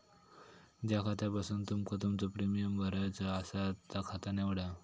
ज्या खात्यासून तुमका तुमचो प्रीमियम भरायचो आसा ता खाता निवडा